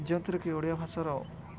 ଯେଉଥିରେକି ଓଡ଼ିଆ ଭାଷାର